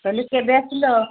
ସାଲୁ କେବେ ଆସିଲ